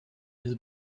his